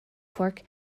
fork